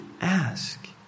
ask